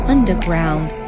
Underground